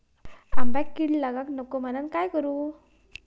आंब्यक कीड लागाक नको म्हनान काय करू?